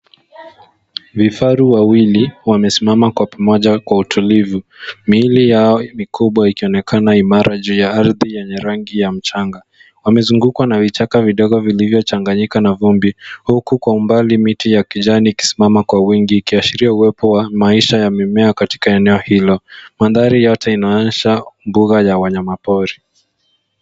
Vifaru wawili wamesimama kwa pamoja kwa utulivu. Miili yao mikubwa ikionekana imara ju ya ardhi yenye rangi ya mchanga. Wamezungukwa na vichaka vidogo vilivyochanganyika na vumbi huku kwa umbali miti ya kijani ikisimama kwa wingi ikiashiria uwepo wa maisha ya mimea katika eneo hilo. Mandhari yote inaonyesha mbuga ya wanyamapori.